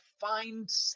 find